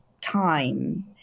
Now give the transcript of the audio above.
time